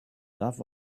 love